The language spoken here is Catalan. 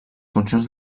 funcions